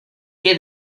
que